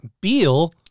Beal